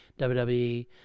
WWE